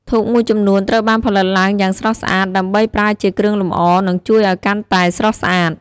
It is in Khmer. ធូបមួយចំនួនត្រូវបានផលិតឡើងយ៉ាងស្រស់ស្អាត ដើម្បីប្រើជាគ្រឿងលម្អ និងជួយឲ្យកាន់តែស្រស់ស្អាត។